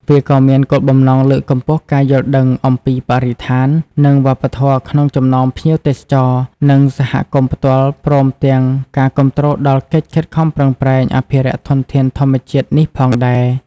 វាក៏មានគោលបំណងលើកកម្ពស់ការយល់ដឹង អំពីបរិស្ថាន និងវប្បធម៌ក្នុងចំណោមភ្ញៀវទេសចរ និងសហគមន៍ផ្ទាល់ព្រមទាំងការគាំទ្រដល់កិច្ចខិតខំប្រឹងប្រែងអភិរក្សធនធានធម្មជាតិនេះផងដែរ។